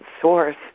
source